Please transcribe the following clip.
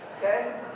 Okay